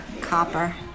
Copper